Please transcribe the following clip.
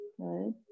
Good